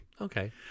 okay